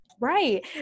Right